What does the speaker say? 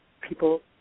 people